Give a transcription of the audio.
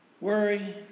Worry